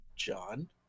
John